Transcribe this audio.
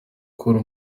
col